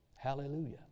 Hallelujah